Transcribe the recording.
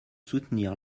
soutenir